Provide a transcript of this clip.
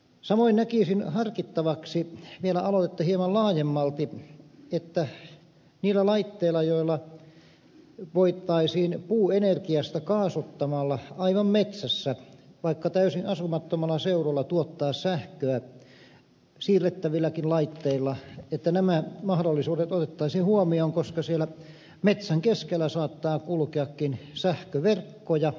samoin näkisin harkittavaksi vielä aloitetta hieman laajemmalti että otettaisiin huomioon mahdollisuudet puuenergiasta kaasuttamalla aivan metsässä vaikka täysin asumattomalla seudulla tuottaa sähköä siirrettävilläkin laitteilla että nämä mahdollisuudet ottaisi huomioon koska siellä metsän keskellä saattaa kulkeakin sähköverkkoja